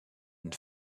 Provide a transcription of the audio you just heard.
une